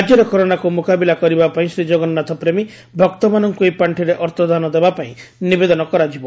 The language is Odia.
ରାଜ୍ୟରେ କରୋନାକୁ ମୁକାବିଲା କରିବା ପାଇଁ ଶ୍ରୀ ଜଗନ୍ନାଥ ପ୍ରେମୀ ଭକ୍ତମାନଙ୍କୁ ଏହି ପାଖିରେ ଅର୍ଥ ଦାନ ଦେବା ପାଇଁ ନିବେଦନ କରାଯିବ